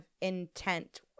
intent